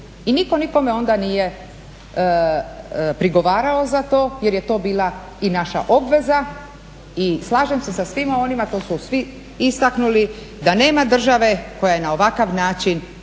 I niko nikome onda nije prigovarao za to jer je to bila i naša obveza. I slažem se sa svima onima koji svi istaknuli da nema države koja je na ovakav način